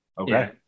Okay